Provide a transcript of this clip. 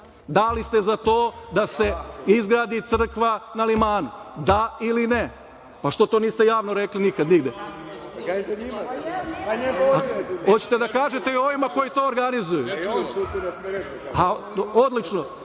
da li ste za to da se izgradi crkva na Limanu? Da li ne? Zašto to niste javno rekli nikad nigde? Hoćete da kažete to i ovima koji to organizuju? Odlično.